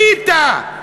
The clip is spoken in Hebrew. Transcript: פיתה.